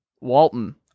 walton